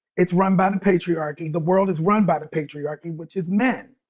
it's run by the patriarchy. the world is run by the patriarchy, which is men.